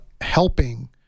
helping